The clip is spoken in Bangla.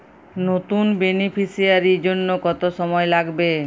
নতুন বেনিফিসিয়ারি জন্য কত সময় লাগবে?